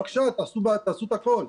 בבקשה תעשו את הכול.